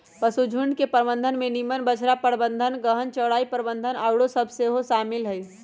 पशुझुण्ड के प्रबंधन में निम्मन बछड़ा प्रबंधन, गहन चराई प्रबन्धन आउरो सभ सेहो शामिल हइ